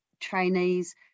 trainees